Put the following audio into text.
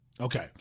Okay